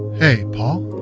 hey, paul?